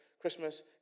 Christmas